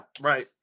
right